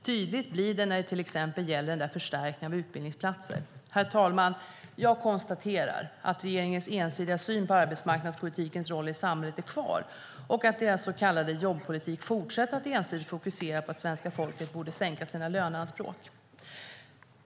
Tydligt blir det när det till exempel gäller "förstärkningen" av utbildningsplatser. Herr talman! Jag konstaterar att regeringens ensidiga syn på arbetsmarknadspolitikens roll i samhället är kvar och att deras så kallade jobbpolitik fortsätter att ensidigt fokusera på att svenska folket borde sänka sina löneanspråk.